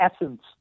essence